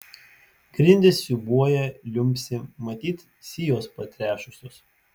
grindys siūbuoja liumpsi matyt sijos patrešusios